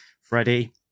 Freddie